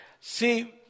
see